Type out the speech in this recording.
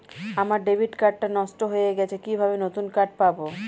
আমার debit card টা নষ্ট হয়ে গেছে কিভাবে নতুন কার্ড পাব?